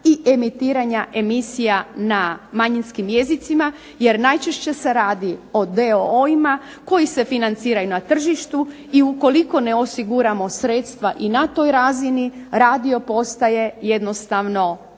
i emitiranja emisija na manjinskim jezicima, jer najčešće se radi o d.o.o.-ima koji se financiraju na tržištu. I ukoliko ne osiguramo sredstava i na toj razini radio postaje jednostavno